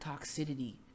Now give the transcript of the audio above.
toxicity